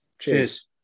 Cheers